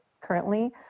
currently